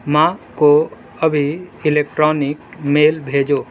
ماں کو ابھی الیکٹرانک میل بھیجو